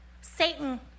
Satan